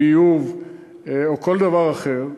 ביוב או כל דבר אחר,